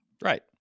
Right